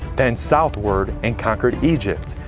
then southward and conquered egypt.